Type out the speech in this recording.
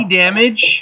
damage